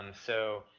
and so,